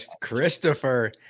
Christopher